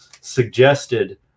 suggested